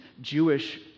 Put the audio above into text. Jewish